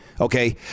Okay